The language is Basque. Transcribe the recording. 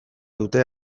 dute